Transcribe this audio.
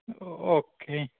ഓ okay